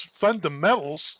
fundamentals